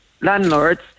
landlords